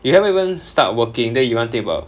you haven't even start working then you want think about